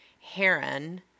heron